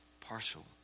partial